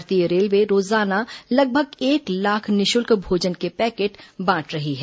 भारतीय रेलवे रोजाना लगभग एक लाख निःशुल्क भोजन के पैकेट बांट रही है